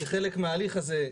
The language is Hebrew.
כחלק מההליך הזה,